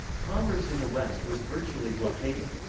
commerce in the west was virtually blockaded.